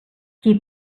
qui